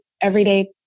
everyday